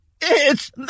It's